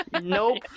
Nope